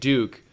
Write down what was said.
Duke